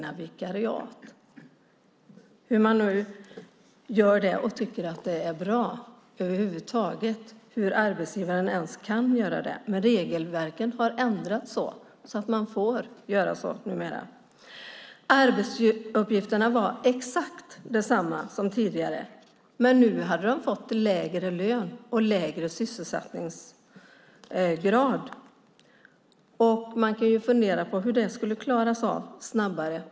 Jag undrar hur man över huvud taget kan tycka att det är bra och hur arbetsgivaren kan göra detta. Men regelverken har ändrats, så att man numera får göra så. Arbetsuppgifterna var exakt desamma som tidigare. Men nu hade de fått lägre lön och lägre sysselsättningsgrad. Man kan ju fundera över varför det skulle klaras av snabbare.